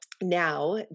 Now